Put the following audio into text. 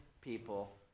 people